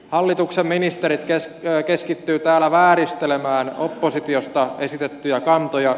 hallituksen ministerit keskittyvät täällä vääristelemään oppositiosta esitettyjä kantoja